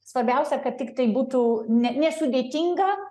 svarbiausia kad tiktai būtų ne nesudėtinga